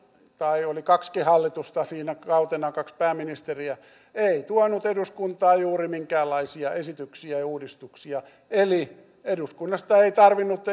tai oli kaksikin hallitusta sinä kautena kaksi pääministeriä ei tuonut eduskuntaan juuri minkäänlaisia esityksiä ja ja uudistuksia eli eduskunnasta ei tarvinnut